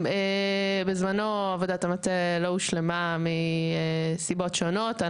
בזמנו עבודת המטה לא הושלמה מסיבות שונות.